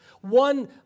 One